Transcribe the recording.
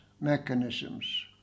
mechanisms